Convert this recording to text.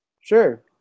Sure